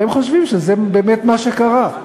והם חושבים שזה באמת מה שקרה.